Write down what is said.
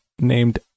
named